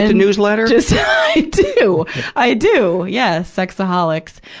and newsletter? i do. i do. yes, sexaholics.